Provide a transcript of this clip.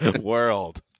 World